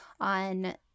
on